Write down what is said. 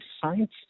science